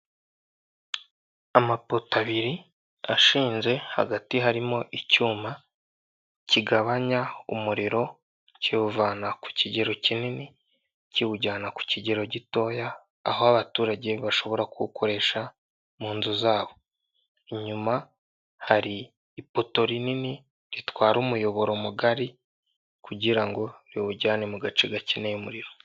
Amapoto abiri ashinze hagati harimo icyuma kigabanya umuriro kiwuvana ku kigero kinini kiwujyana ku kigero gitoya aho abaturage bashobora kuwukoresha mu nzu zabo, inyuma hari ipoto rinini ritwara umuyoboro mugari kugira ngo riwujyane mu gace gakeneye umuriro.